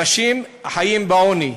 אנשים חיים בעוני.